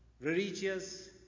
religious